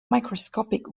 microscopic